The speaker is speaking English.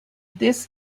this